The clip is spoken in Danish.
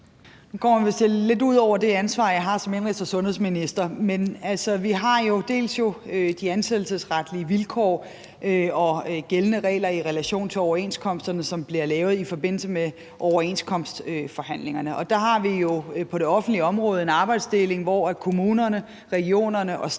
Nu kommer vi vist lidt ud over det ansvar, jeg har som indenrigs- og sundhedsminister. Men altså, vi har jo dels de ansættelsesretlige vilkår og de gældende regler i relation til overenskomsterne, som bliver lavet i forbindelse med overenskomstforhandlingerne, og der har vi på det offentlige område en arbejdsdeling, hvor kommunerne, regionerne og staten